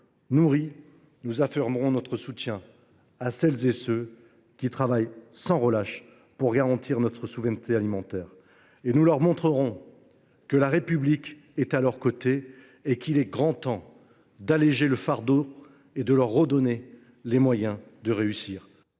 nourris, nous affirmerons notre soutien à celles et à ceux qui travaillent sans relâche pour garantir notre souveraineté alimentaire. Nous leur montrerons que la République est à leur côté. Il est grand temps d’alléger le fardeau de nos agriculteurs et de leur redonner les moyens de réussir.